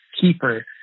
keeper